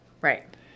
Right